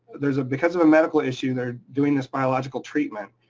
there's, because of a medical issue, they're doing this biological treatment,